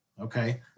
Okay